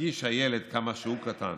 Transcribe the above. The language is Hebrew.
ירגיש הילד כמה שהוא קטן,